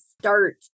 start